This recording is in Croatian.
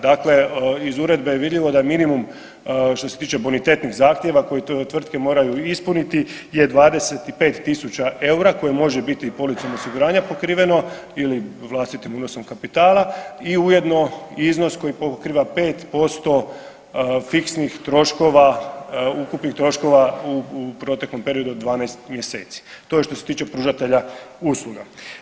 Dakle iz Uredbe je vidljivo da minimum što se tiče bonitetnih zahtjeva koji tvrtke moraju ispuniti je 25 tisuća eura koje može biti i policom osiguranja pokriveno ili vlastitim unosom kapitala i ujedno iznos koji pokriva 5% fiksnih troškova ukupnih troškova u proteklom periodu od 12 mjeseci to je što se tiče pružatelja usluga.